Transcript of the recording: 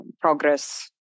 progress